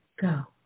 go